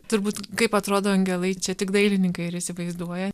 turbūt kaip atrodo angelai čia tik dailininkai ir įsivaizduoja